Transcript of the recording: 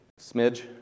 Smidge